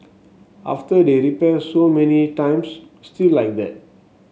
after they repair so many times still like that